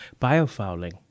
biofouling